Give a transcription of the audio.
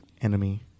Enemy